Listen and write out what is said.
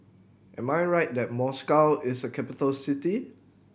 am I right that Moscow is a capital city